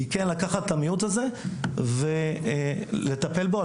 זה כן לקחת את המיעוט הזה ולטפל בו,